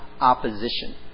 opposition